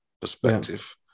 perspective